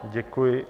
Děkuji.